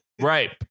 right